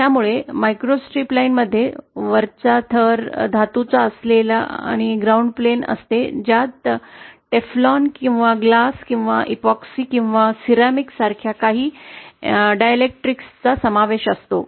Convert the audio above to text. त्यामुळे microstrip line मध्ये वरच्या थराचा धातू असलेले ग्राउंड प्लेन असते ज्यात टेफ्लॉन किंवा ग्लास इपॉक्सी किंवा सिरॅमिक सारख्या काही डायइलेक्ट्रिकचा समावेश असतो